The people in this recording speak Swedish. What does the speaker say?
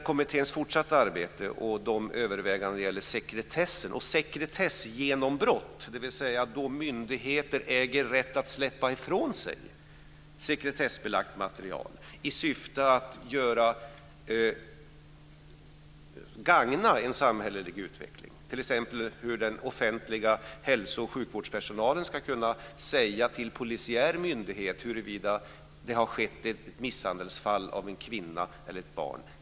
Kommitténs fortsatta arbete handlar bl.a. om övervägandena om sekretess och sekretessgenombrott, dvs. då myndigheter äger rätt att släppa ifrån sig sekretessbelagt material i syfte att gagna en samhällelig utveckling. Det kan t.ex. gälla hur den offentliga hälso och sjukvårdspersonalen ska kunna säga till polisiär myndighet huruvida det har skett en misshandel av en kvinna eller ett barn.